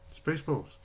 Spaceballs